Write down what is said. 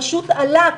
פשוט עלה,